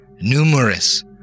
numerous